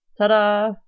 ta-da